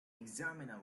examiner